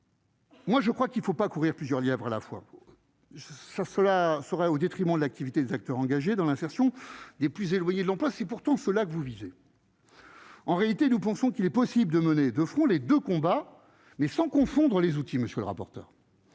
Moi je crois qu'il ne faut pas courir plusieurs lièvres à la fois pour je ça cela serait au détriment de l'activité des acteurs engagés dans l'insertion des plus éloignés de l'emploi, c'est pourtant cela que vous vivez en réalité, nous pensons qu'il est possible de mener de front les 2 combats mais sans confondre les outils, monsieur le rapporteur,